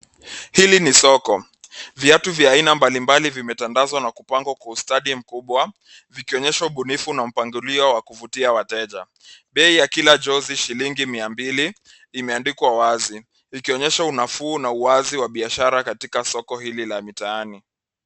Hili ni soko. Viatu vya aina mbalimbali vimetandazwa na kupangwa kwa ustadi mkubwa, vikionyesha ubunifu na mpangilio wa kuvutia wateja. Bei ya kila jozi shilingi mia mbili imeandikwa wazi.,ikionyesha unafuu na uwazi wa biashara katika soko hili la mitaani.